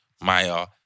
Maya